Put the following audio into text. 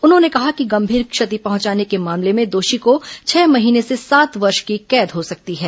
उन्होंने कहा कि गंभीर क्षति पहुंचाने के मामले में दोषी को छह महीने से सात वर्ष की कैद हो सकती है